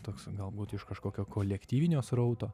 toks galbūt iš kažkokio kolektyvinio srauto